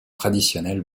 traditionnels